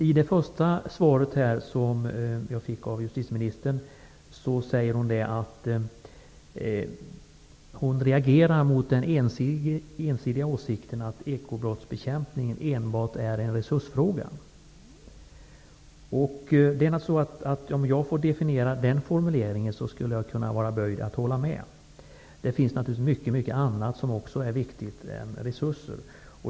Justitieministern säger i sitt svar att hon reagerar mot den ensidiga åsikten att ekobrottsbekämpningen enbart är en resursfråga. Jag skulle kunna vara böjd att hålla med om den definitionen. Det finns naturligtvis mycket annat som är viktigt än enbart frågan om resurser.